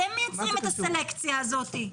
אתם מייצרים את הסלקציה הזאת.